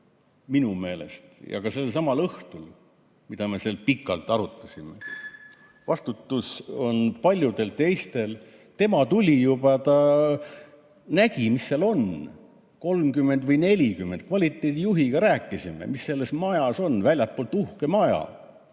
[vastutav], ja ka sellel samal õhtul, mil me seal pikalt arutasime, vastutus on paljudel teistel. Tema tuli, ta nägi, mis seal on, 30 või 40. Kvaliteedijuhiga rääkisime, mis selles majas on. Väljaspoolt uhke maja,